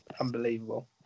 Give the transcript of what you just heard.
unbelievable